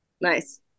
Nice